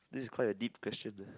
this is quite a deep question eh